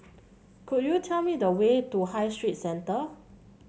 could you tell me the way to High Street Centre